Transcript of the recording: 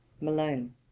Malone